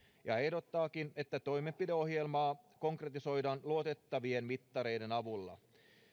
ja ehdottaakin että toimenpideohjelmaa konkretisoidaan luotettavien mittareiden avulla